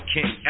King